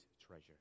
treasure